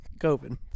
COVID